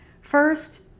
First